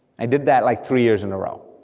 i did that like three years in a row.